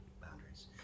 boundaries